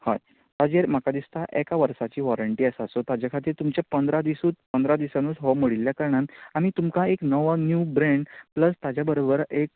हय ताजेर म्हाका दिसतां एका वर्साची वॉरंटी आसा सो ताज्या खातीर तुमचें पंदरा दिसूच पंदरा दिसानूच हो मोडिल्ल्या कारणान आमी तुमकां एक नवो न्यू ब्रँड प्लस ताज्या बरोबर एक